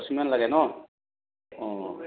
মান লাগে ন অঁ অঁ